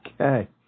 Okay